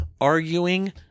arguing